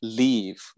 leave